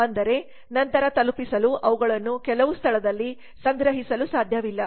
ಅಂದರೆ ನಂತರ ತಲುಪಿಸಲು ಅವುಗಳನ್ನು ಕೆಲವು ಸ್ಥಳದಲ್ಲಿ ಸಂಗ್ರಹಿಸಲು ಸಾಧ್ಯವಿಲ್ಲ